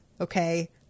Okay